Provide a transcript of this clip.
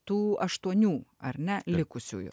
tų aštuonių ar ne likusiųjų